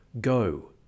go